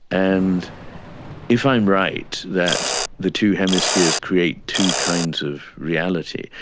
and if i'm right, that the two hemispheres create two kinds of reality,